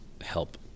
help